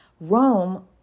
Rome